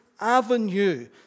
avenue